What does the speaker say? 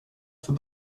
för